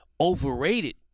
overrated